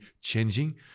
changing